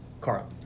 Carl